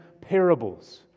parables